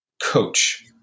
Coach